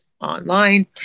online